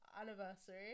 anniversary